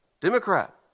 Democrat